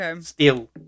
Steel